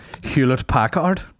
Hewlett-Packard